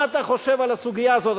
מה אתה חושב על הסוגיה הזאת,